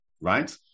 Right